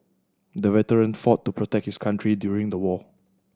the veteran fought to protect his country during the war